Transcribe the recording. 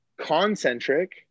Concentric